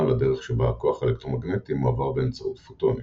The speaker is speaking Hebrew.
לדרך שבה הכוח האלקטרומגנטי מועבר באמצעות פוטונים.